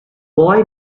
boy